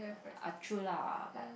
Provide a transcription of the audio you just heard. ah true lah but